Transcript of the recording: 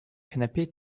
canapé